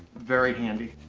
very handy.